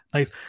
Nice